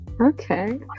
Okay